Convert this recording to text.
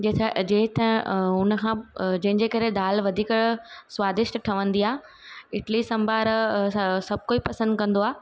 जे था अॼे था उनखां जंहिंजे करे दाल वधीक स्वादिष्ट ठहंदी आहे इडली सांभर सभु कोई पसंदि कंदो आहे